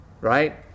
right